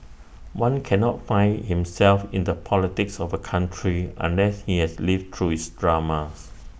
one cannot find himself in the politics of A country unless he has lived through its dramas